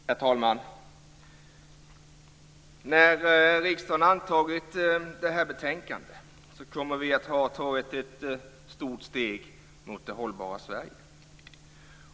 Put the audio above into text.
Herr talman! När riksdagen antagit detta betänkande kommer vi att ha tagit ett stort steg mot det hållbara Sverige.